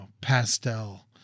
pastel